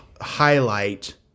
highlight